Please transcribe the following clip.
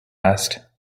asked